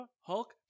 Hulk